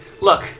look